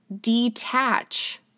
detach